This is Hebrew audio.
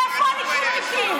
ואיפה הליכודניקים?